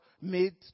made